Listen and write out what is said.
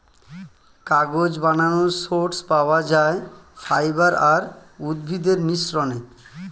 কাগজ বানানোর সোর্স পাওয়া যায় ফাইবার আর উদ্ভিদের মিশ্রণে